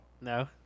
No